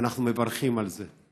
ואנחנו מברכים על זה.